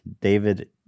David